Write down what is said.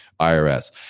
IRS